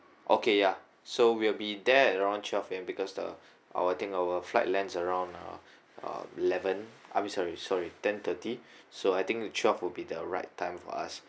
okay ya so we'll be there at around twelve P_M because the I will think our flight lands around uh uh eleven I'm sorry sorry ten thirty so I think the twelve would be the right time for us